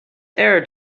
error